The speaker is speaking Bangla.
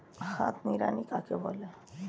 হাত নিড়ানি কাকে বলে?